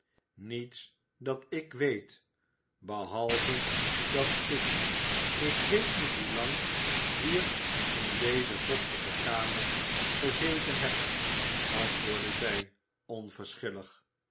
niets dat ik weet behalve dat ik ik weet niet hoelang hier in deze vochtige kamer gezeten heb antwoordde zij